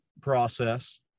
process